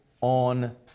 on